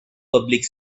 public